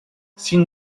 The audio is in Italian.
sin